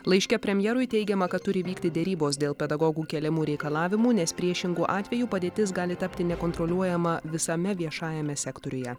laiške premjerui teigiama kad turi vykti derybos dėl pedagogų keliamų reikalavimų nes priešingu atveju padėtis gali tapti nekontroliuojama visame viešajame sektoriuje